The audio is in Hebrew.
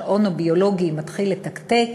השעון הביולוגי מתחיל לתקתק,